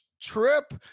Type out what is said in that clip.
trip